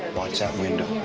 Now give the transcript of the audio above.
watch that window.